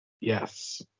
Yes